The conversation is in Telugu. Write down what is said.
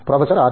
professor R